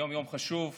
היום יום חשוב לכולנו,